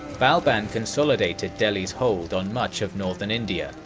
balban consolidated delhi's hold on much of northern india,